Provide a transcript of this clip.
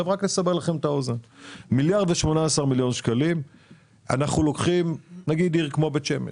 מדובר על 15 מיליון שקל לעיר כמו בית שמש,